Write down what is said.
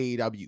aw